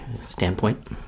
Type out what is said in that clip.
standpoint